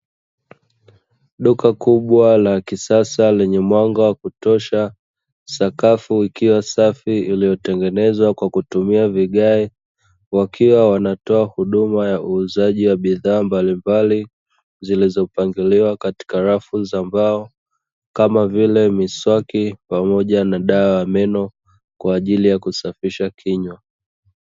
Duka kubwa la kisasa lenye mwanga wa kutosha, sakafu ikiwa safi iliyotengenezwa kwa kutumia vigae. Wakiwa wanatoa huduma ya uuzaji wa bidhaa mbalimbali zilizopangiliwa katika rafu za mbao, kama vile miswaki na dawa ya meno; kwa ajili ya kusafisha kinywa.